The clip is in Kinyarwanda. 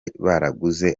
baraguze